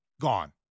gone